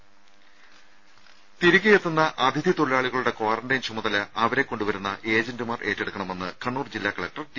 രുമ തിരികെയെത്തുന്ന അതിഥി തൊഴിലാളികളുടെ ക്വാറന്റൈൻ ചുമതല അവരെ കൊണ്ടുവരുന്ന ഏജന്റുമാർ ഏറ്റെടുക്കണമെന്ന് കണ്ണൂർ ജില്ലാ കലക്ടർ ടി